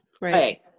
Right